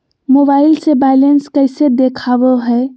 Mobile से balance कैसे देखाबो है?